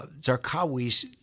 Zarqawi's